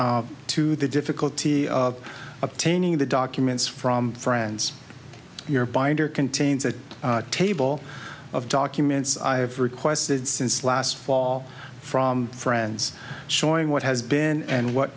to the difficulty of obtaining the documents from friends your binder contains a table of documents i have requested since last fall from friends showing what has been and what